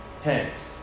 tanks